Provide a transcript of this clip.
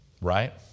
Right